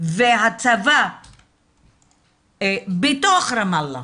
והצבא בתוך רמאללה